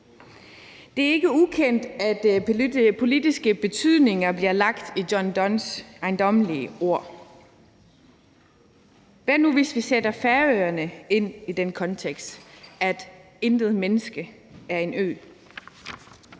Det er ikke ukendt, at politiske betydninger bliver lagt i John Donnes ejendommelige ord. Hvad nu hvis vi sætter Færøerne ind i den kontekst, at intet menneske er en ø?